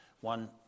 One